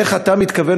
איך אתה מתכוון,